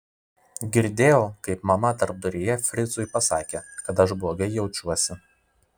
girdėjau kaip mama tarpduryje fricui pasakė kad aš blogai jaučiuosi